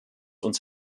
uns